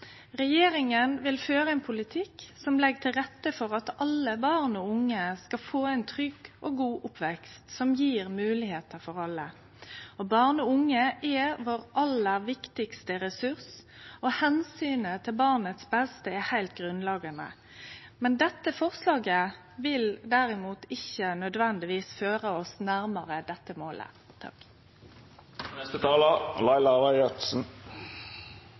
Regjeringa vil føre ein politikk som legg til rette for at alle barn og unge skal få ein trygg og god oppvekst som gjev moglegheiter for alle. Barn og unge er vår viktigaste ressurs, og omsynet til barnets beste er heilt grunnleggjande. Dette forslaget vil derimot ikkje nødvendigvis føre oss nærmare dette målet.